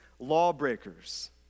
lawbreakers